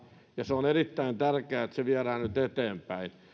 ja on erittäin tärkeää että se viedään nyt eteenpäin